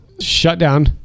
shutdown